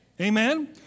Amen